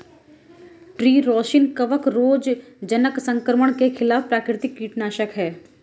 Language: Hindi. ट्री रोसिन कवक रोगजनक संक्रमण के खिलाफ प्राकृतिक कीटनाशक है